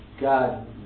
God